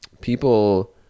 People